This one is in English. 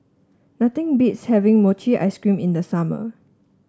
nothing beats having Mochi Ice Cream in the summer